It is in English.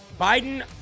Biden